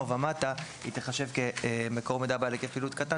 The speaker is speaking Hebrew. ומטה היא תיחשב כמקור מידע בעל היקף פעילות קטן